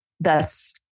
Thus